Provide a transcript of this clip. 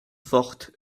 forte